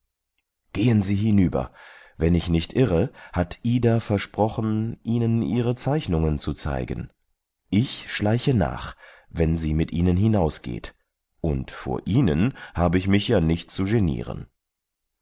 gehen sie hinüber wenn ich nicht irre hat ida versprochen ihnen ihre zeichnungen zu zeigen ich schleiche nach wenn sie mit ihnen hinaus geht und vor ihnen habe ich mich ja nicht zu genieren